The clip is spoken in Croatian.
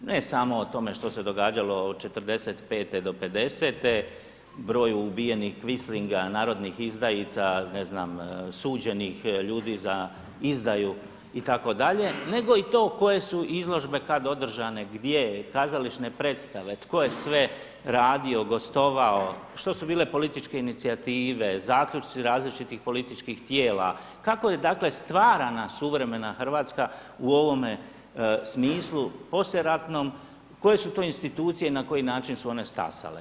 Ne samo o tome što se događalo od '45.-'50. broj ubijenih … narodnih izdajica, ne znam, suđenih ljudi za izdaju, itd. nego i to koje su izložbe kad održane, gdje, kazališne predstave, tko je sve radio, gostovao, što su bile političke inicijative, zaključci, različitih političkih tijela, kako je dakle, stvarana suvremena Hrvatska u ovome smislu, poslijeratnom, koje su to institucije i na koji način su one stasale.